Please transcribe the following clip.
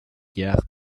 gare